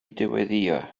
dyweddïo